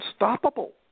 unstoppable